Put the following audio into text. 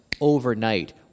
overnight